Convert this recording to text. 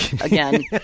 again